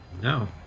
No